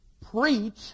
Preach